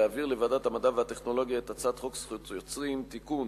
להעביר לוועדת המדע והטכנולוגיה את הצעת חוק זכות יוצרים (תיקון,